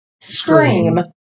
Scream